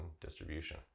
distribution